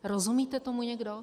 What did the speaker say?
Rozumíte tomu někdo?